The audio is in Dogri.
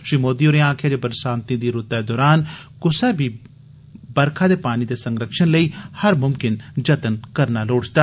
श्री मोदी होरें आखेआ जे बरसांती दी रूतै दौरान हर कुसा गी बरखा दे पानी दे संरक्षण लेई हर मुमकिन जतन करना लोड़चदा